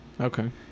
Okay